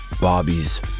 Bobby's